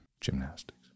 Gymnastics